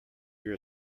your